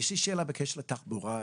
יש לי שאלה בקשר לתחבורה.